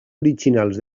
originals